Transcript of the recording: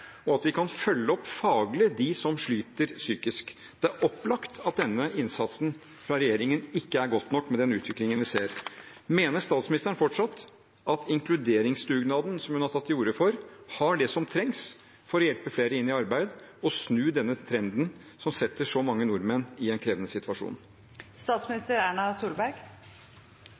og at vi kan følge opp faglig de som sliter psykisk. Det er opplagt at denne innsatsen fra regjeringen ikke er god nok med den utviklingen vi ser. Mener statsministeren fortsatt at inkluderingsdugnaden som hun har tatt til orde for, har det som trengs for å hjelpe flere inn i arbeid og snu denne trenden som setter så mange nordmenn i en krevende situasjon?